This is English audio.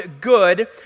good